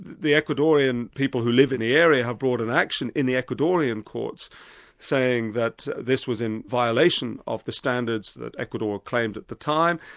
the ecuadorian people who live in the area have brought an action in the ecuadorian courts saying that this was in violation of the standards that ecuador claimed at the time.